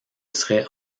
serait